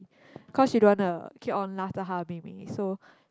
cause she don't want to keep on 拉着她的妹妹 so